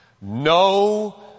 No